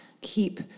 keep